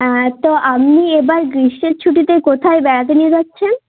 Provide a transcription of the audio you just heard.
হ্যাঁ তো আপনি এবার গ্রীষ্মের ছুটিতে কোথায় বেড়াতে নিয়ে যাচ্ছেন